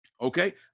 okay